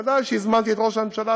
ודאי שהזמנתי את ראש הממשלה,